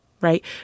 right